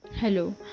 Hello